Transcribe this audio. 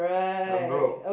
I'm broke